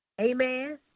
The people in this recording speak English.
Amen